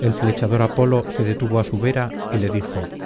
el flechador apolo se detuvo á su vera y le dijo